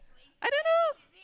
I don't know